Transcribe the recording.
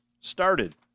started